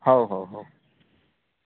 ହଉ ହଉ ହଉ